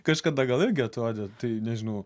kažkada gal irgi atrodė tai nežinau